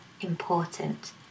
important